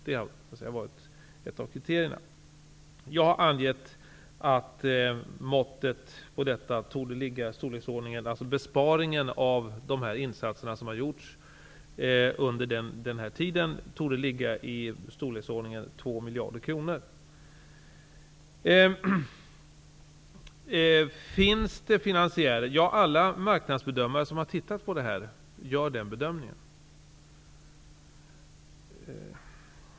Det har varit ett av kriterierna. Jag har angett att måttet, dvs. besparingarna på de insatser som har gjorts under denna tid, torde ligga i storleksordningen 2 miljarder kronor. Finns det finansiärer? Alla marknadsbedömare som har tittat på detta anser det.